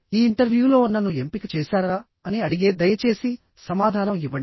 ఈ ఇంటర్వ్యూలో నన్ను ఎంపిక చేశారా అని అడిగే దయచేసి సమాధానం ఇవ్వండి